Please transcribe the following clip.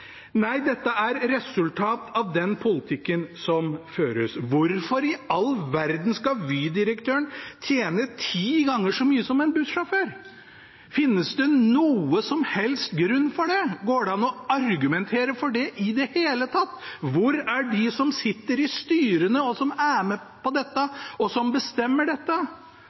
Nei, dette er resultatet av den politikken som føres. Hvorfor i all verden skal Vy-direktøren tjene ti ganger så mye som en bussjåfør? Finnes det noen som helst grunn for det? Går det an å argumentere for det i det hele tatt? Hvor er de som sitter i styrene, og som er med på dette, og som bestemmer dette?